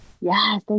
Yes